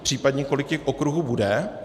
Případně, kolik těch okruhů bude?